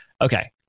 Okay